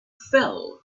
fell